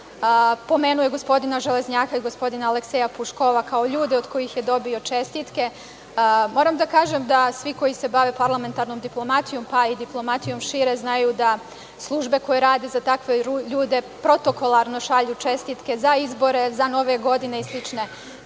pomenuo je gospodina Železnjaka i gospodina Alekseja Puškova kao ljude od kojih je dobio čestitke. Moram da kažem da svi koji se bave parlamentarnom diplomatijom, pa i diplomatijom šire, znaju da službe koje rade za takve ljude protokolarno šalju čestitke za izbore, za nove godine i